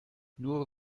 nur